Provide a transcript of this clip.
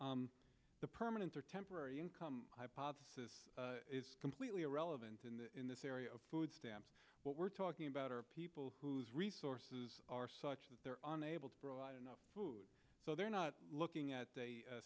the permanent or temporary income hypothesis is completely irrelevant and in this area of food stamps what we're talking about are people whose resources are such that they're on able to provide enough food so they're not looking at the